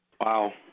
Wow